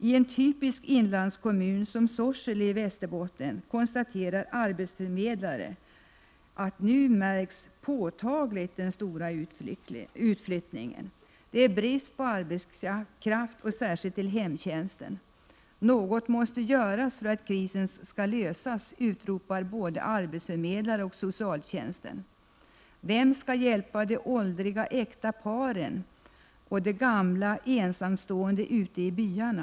I en typisk inlandskommun som Sorsele i Västerbotten konstaterar arbetsförmedlare att den stora utflyttningen nu märks påtagligt. Det är brist på arbetskraft, särskilt till hemtjäns ten. Något måste göras för att krisen skall lösas, utropar både arbetsförmedlarna och socialtjänsten. Vem skall hjälpa de åldriga äkta paren och de gamla ensamstående ute i byarna?